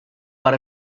but